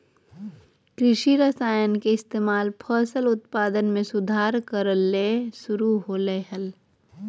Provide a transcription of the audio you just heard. कृषि रसायन के इस्तेमाल फसल उत्पादन में सुधार करय ले शुरु होलय हल